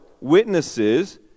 witnesses